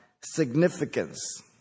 significance